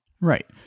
Right